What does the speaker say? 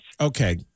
Okay